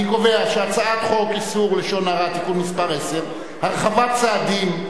אני קובע שהצעת חוק איסור לשון הרע (תיקון מס' 10) (הרחבת סעדים),